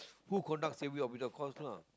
who conduct safety officer course lah